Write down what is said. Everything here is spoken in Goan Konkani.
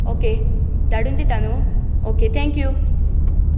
ऑके धाडून दिता न्हू ऑके थँक्यू